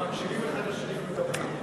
ומקשיבים אחד לשני ומדברים.